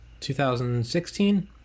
2016